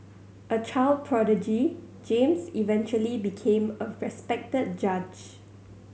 a child prodigy James eventually became a respected judge